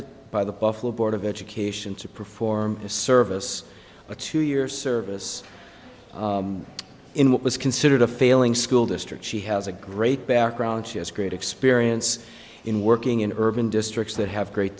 contract by the buffalo board of education to perform a service a two year service in what was considered a failing school district she has a great background she has great experience in working in urban districts that have great